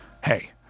Hey